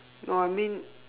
no I mean